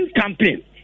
campaign